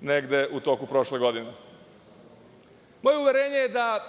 negde u toku prošle godine. Moje uverenje je da